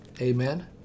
Amen